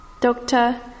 doctor